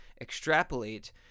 extrapolate